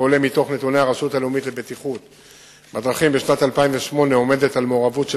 מתוך נתוני הרשות הלאומית לבטיחות בדרכים: בשנת 2008 המעורבות היא